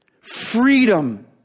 Freedom